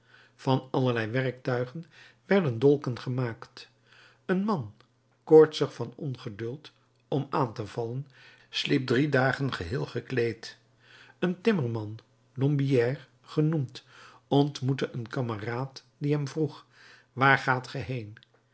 van allerlei werktuigen werden dolken gemaakt een man koortsig van ongeduld om aan te vallen sliep sedert drie dagen geheel gekleed een timmerman lombier genoemd ontmoette een kameraad die hem vroeg waar gaat